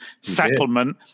settlement